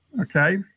okay